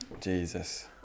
Jesus